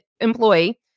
employee